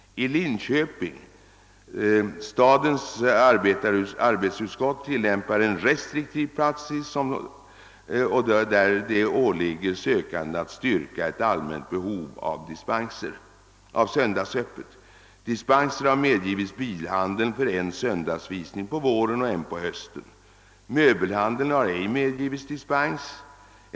I Linköping tillämpas en restriktiv praxis. Det åligger sökanden att styrka ett allmänt behov av söndagsöppet. Dispenser har beviljats bilhandeln för en söndagsvisning på våren och en på hösten. Möbelhandeln har inte medgivits dispens.